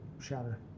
shatter